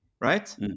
right